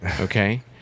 okay